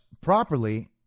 properly